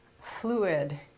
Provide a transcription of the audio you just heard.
fluid